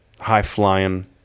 high-flying